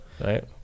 Right